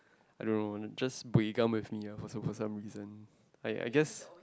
I don't know like just buay gam with me lah for some for some reason I I guess